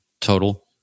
total